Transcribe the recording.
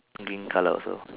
green colour also